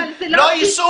הוא יוצא